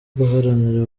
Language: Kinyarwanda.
guharanira